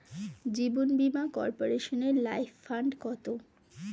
জীবন বীমা কর্পোরেশনের life fund কত?